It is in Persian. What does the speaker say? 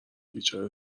بیچاره